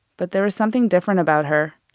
but there was something different about her.